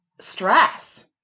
stress